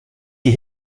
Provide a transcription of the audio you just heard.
die